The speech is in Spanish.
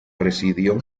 presidió